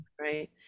right